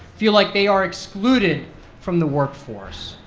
feel like they are excluded from the workforce,